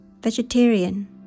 vegetarian